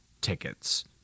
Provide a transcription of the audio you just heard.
tickets